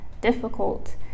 difficult